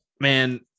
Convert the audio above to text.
man